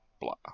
blah